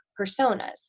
personas